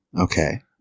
Okay